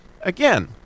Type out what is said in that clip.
again